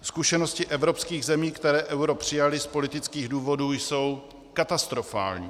Zkušenosti evropských zemí, které euro přijaly z politických důvodů, jsou katastrofální.